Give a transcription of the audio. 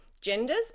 genders